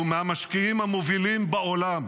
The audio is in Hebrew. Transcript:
הוא מהמשקיעים המובילים בעולם.